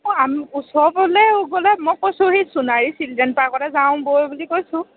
অ ওচৰবোৰলৈ গ'লে মই কৈছোঁ সেই সোণাৰি ছিলড্ৰেন পাৰ্কতে যাওঁ বই বুলি কৈছোঁ